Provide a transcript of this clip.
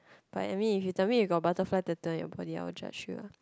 but I mean if you tell me you got butterfly tattoo on your body I will judge you lah